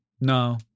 No